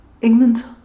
England